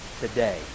today